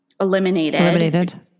eliminated